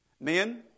Men